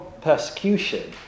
persecution